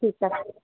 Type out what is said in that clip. ठीक आहे